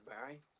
Barry